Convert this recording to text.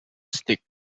stick